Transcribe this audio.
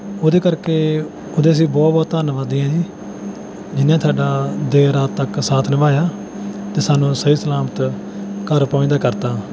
ਉਹਦੇ ਕਰਕੇ ਉਹਦੇ ਅਸੀਂ ਬਹੁਤ ਬਹੁਤ ਧੰਨਵਾਦੀ ਹਾਂ ਜੀ ਜਿਹਨੇ ਸਾਡਾ ਦੇਰ ਰਾਤ ਤੱਕ ਸਾਥ ਨਿਭਾਇਆ ਅਤੇ ਸਾਨੂੰ ਸਹੀ ਸਲਾਮਤ ਘਰ ਪਹੁੰਚਦਾ ਕਰਤਾ